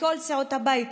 מכל סיעות הבית,